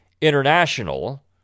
international